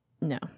No